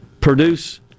produce